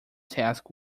task